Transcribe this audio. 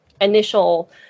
initial